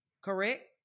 correct